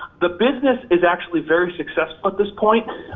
the business is actually very successful at this point.